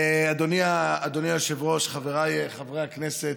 אדוני היושב-ראש, חבריי חברי הכנסת,